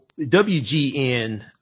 WGN